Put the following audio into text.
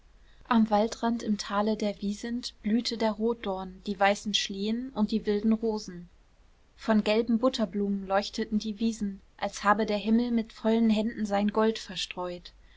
am waldrand im tale der wiesent blühte der rotdorn die weißen schlehen und die wilden rosen von gelben butterblumen leuchteten die wiesen als habe der himmel mit vollen händen sein gold verstreut